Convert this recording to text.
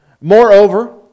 Moreover